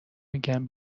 میگم